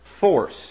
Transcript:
force